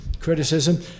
criticism